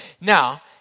Now